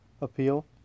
appeal